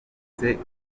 gikorwa